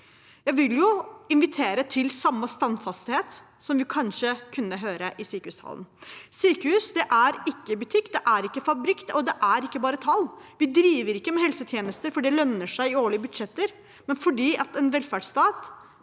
Jeg vil invitere til samme standhaftighet som vi kanskje kunne høre i sykehustalen. Sykehus er ikke butikk, det er ikke fabrikk, og det er ikke bare tall. Vi driver ikke med helsetjenester fordi det lønner seg i årlige budsjetter, men fordi en velferdsstat